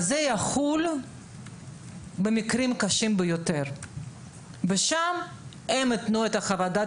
זה יחול במקרים קשים ביותר ושם הם ייתנו את חוות הדעת